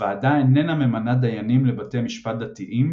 הוועדה איננה ממנה דיינים לבתי משפט דתיים